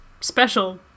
special